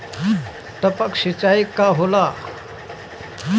टपक सिंचाई का होला?